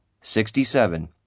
Sixty-seven